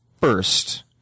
first